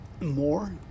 more